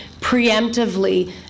preemptively